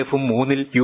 എഫും മൂന്നിൽ യു